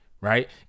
Right